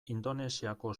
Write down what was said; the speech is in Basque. indonesiako